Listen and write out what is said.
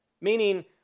Meaning